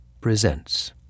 presents